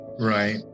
right